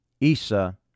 Isa